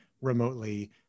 remotely